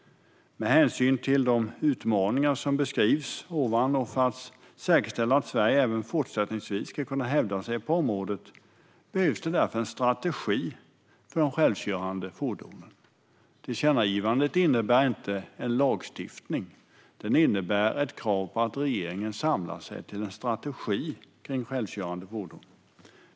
Med hänsyn till de utmaningar som beskrivs ovan och för att säkerställa att Sverige även fortsättningsvis ska kunna hävda sig på området behövs därför en strategi för de självkörande fordonen. Tillkännagivandet innebär inte en lagstiftning. Det innebär ett krav på att regeringen samlar sig till en strategi för självkörande fordon.